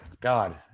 God